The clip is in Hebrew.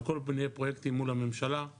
על כל מיני פרויקטים מול הממשלה,